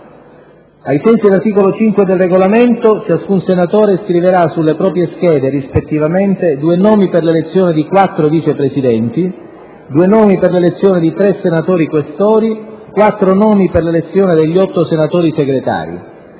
Ai sensi dell’articolo 5 del Regolamento, ciascun senatore scriverasulle proprie schede, rispettivamente, due nomi per l’elezione dei quattro Vice Presidenti; due nomi per l’elezione dei tre senatori Questori; quattro nomi per l’elezione degli otto senatori Segretari.